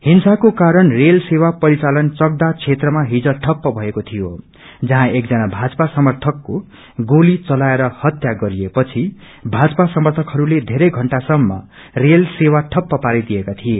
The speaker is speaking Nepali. हिंसाको कारण रेल सेवा परिचालनचकदहसेत्रमा जि ठप्प भएको थियो जझँ एकजना भाजपा समर्थकको गोली चलाएर हत्या गरिए पछि भाजपा समर्थकहरूले वेरै घण्टासम्म रेल सेवा ठप्प पारिदिएका थिए